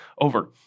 over